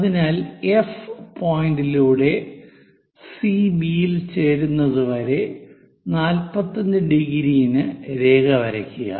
അതിനാൽ എഫ് പോയിന്റിലൂടെ സിബി യിൽ ചേരുന്നത് വരെ 45° ന് രേഖ വരയ്ക്കുക